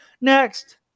Next